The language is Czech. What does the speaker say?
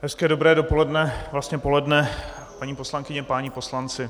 Hezké dobré dopoledne, vlastně poledne, paní poslankyně, páni poslanci.